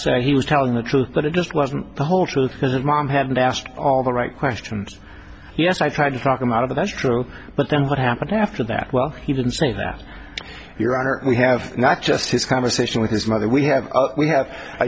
say he was telling the truth but it just wasn't the whole truth because mom had asked all the right questions yes i tried to talk him out of that's true but then what happened after that well he didn't say that your honor we have not just his conversation with his mother we have we have a